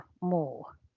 more